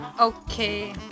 Okay